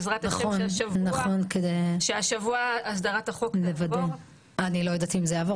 בעזרת השם שהשבוע הסדרת החוק יעבור --- אני לא יודעת אם זה יעבור.